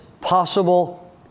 possible